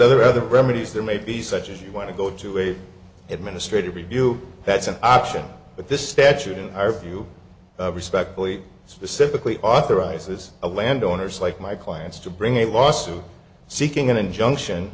whatever other remedies there may be such as you want to go to a administrative review that's an option but this statute in our view respectfully specifically authorizes a landowners like my clients to bring a lawsuit seeking an injunction